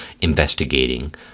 investigating